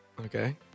Okay